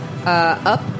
Up